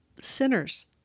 sinners